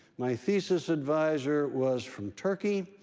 my thesis advisor was from turkey.